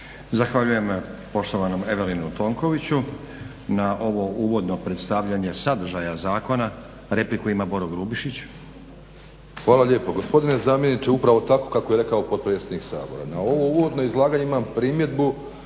Zahvaljujem poštovanom Evelinu Tonkoviću na ovo uvodno predstavljanje sadržaja zakona. Repliku ima Boro Grubišić. **Grubišić, Boro (HDSSB)** Hvala lijepo. Gospodine zamjeniče upravo tako kako je rekao potpredsjednik Sabora. Na ovo uvodno izlaganje imam primjedbu